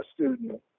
student